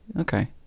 Okay